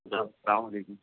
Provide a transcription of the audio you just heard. جناب اسلام علیکم